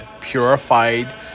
purified